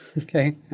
Okay